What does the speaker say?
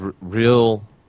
real